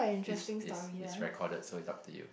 it's it's it's recorded so it's up to you